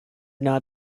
not